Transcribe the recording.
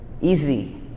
easy